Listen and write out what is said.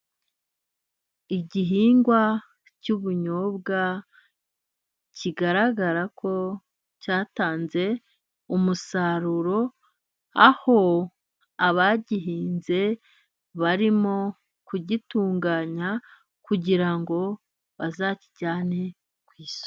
Igihingwa cy'ubunyobwa kigaragara ko cyatanze umusaruro, aho abagihinze barimo kugitunganya kugira ngo bazakijyane ku isoko.